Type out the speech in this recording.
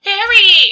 Harry